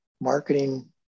marketing